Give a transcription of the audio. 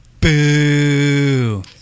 Boo